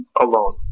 alone